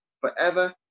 forever